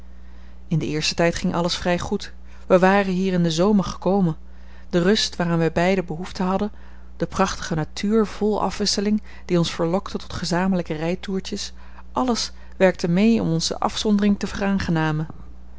in den eersten tijd ging alles vrij goed wij waren hier in den zomer gekomen de rust waaraan wij beiden behoefte hadden de prachtige natuur vol afwisseling die ons verlokte tot gezamenlijke rijtoertjes alles werkte mee om ons de afzondering te